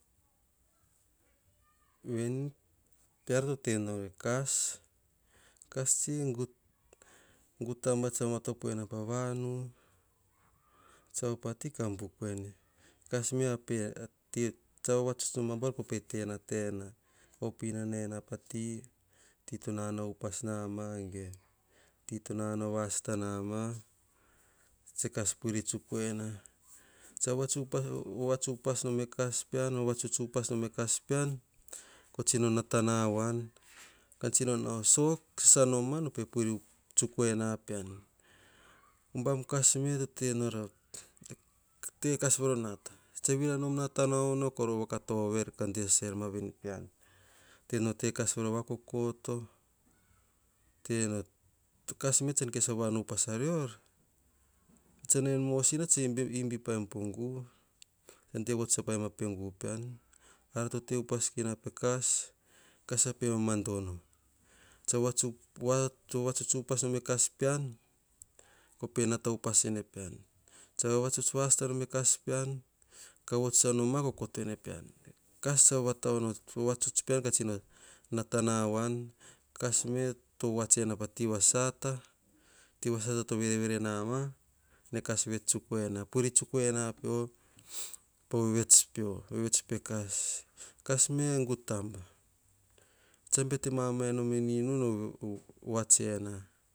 Veni peara to tenora ekas. Kas tsi agui taba tsan matopo ena pa vanu. Tsa op pati ka bukoene, kas me tsan vavatuts nom abuar kopete nata ena op inana ena pati to nanao upas nama. Ge ti tonanao vasata nama tse kas puiri tsuk ena voaats upas vavatuts upa nom e kas pean kotsino natana voan. Sasanoma no pepuiri inana pean. Hubam kas me voro nata vera nom nao atana kor vakato ka desasama vene pean. Tena o te kas voro vakokoto. Kame tsan kes vava an upas arior oria